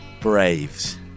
braves